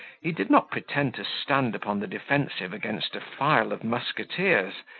he did not pretend to stand upon the defensive against a file of musketeers,